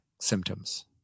symptoms